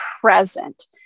present